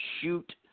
shoot